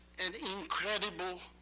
an incredible